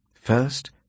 First